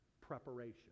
preparation